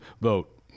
vote